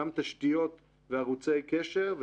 גם תשתיות וערוצי קשר,